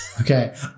Okay